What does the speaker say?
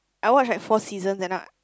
I watch like four seasons and not